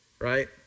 right